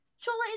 Chola